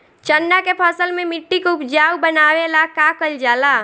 चन्ना के फसल में मिट्टी के उपजाऊ बनावे ला का कइल जाला?